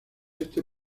este